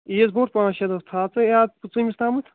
عیٖد برونٛٹھ پانٛژھ شےٚ دۄہ تھاو ژٕ یاد پٕنٛژٕہ مِس تامَتھ